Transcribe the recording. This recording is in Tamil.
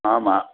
ஆமாம்